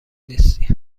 نیستی